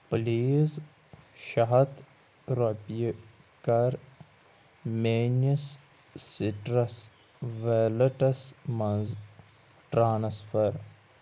please شےٚ ہَتھ رۄپیہِ کر میٛٲنِس سِٹرَس ویلیٹس منٛز ٹرٛانسفَر